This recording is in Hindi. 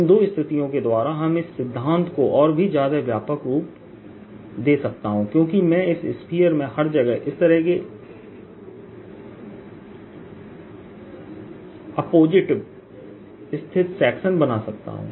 इन दो स्थितियों के द्वारा हम इस सिद्धांत को और भी ज्यादा व्यापक रूप दे सकता हूं क्योंकि मैं इस स्फीयर में हर जगह इस तरह के एपोजिटिव स्थित सेक्शन बना सकता हूं